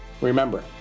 Remember